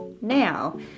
now